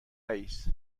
رئیس